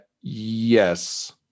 Yes